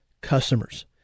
customers